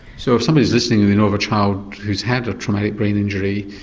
so if somebody is listening and they know of a child who's had a traumatic brain injury,